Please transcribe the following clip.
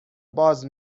باز